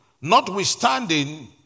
notwithstanding